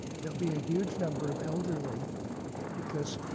there'll be a huge number of elderly because